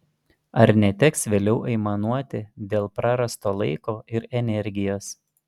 ar neteks vėliau aimanuoti dėl prarasto laiko ir energijos